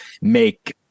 make